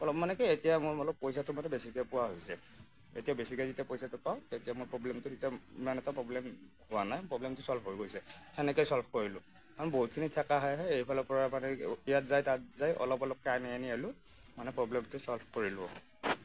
অলপ মানে কি মই এতিয়া অলপ পইচাটো মানে বেছিকৈ পোৱা হৈছে এতিয়া বেছিকৈ যেতিয়া পইচাটো পাওঁ তেতিয়া মই প্ৰব্লেমটো তেতিয়া ইমান এটা প্ৰব্লেম হোৱা নাই প্ৰব্লেমটো চ'ল্ভ হৈ গৈছে সেনেকৈয়ে চ'ল্ভ কৰিলোঁ কাৰণ বহুতখিনি ঠেকা খাই খাই এইফালৰ পৰা মানে ইয়াত যাই তাত যাই অলপ অলপকৈ আনি আনি হ'লেও মানে প্ৰব্লেমটো চ'ল্ভ কৰিলোঁ